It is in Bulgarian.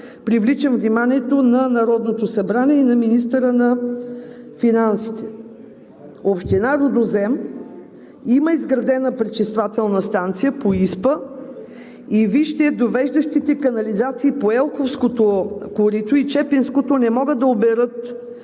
привличам вниманието на Народното събрание и на министъра на финансите. Община Рудозем има изградена пречиствателна станция по ИСПА и довеждащите канализации по елховското и чепинското корито не могат да оберат